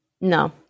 No